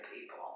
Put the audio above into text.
people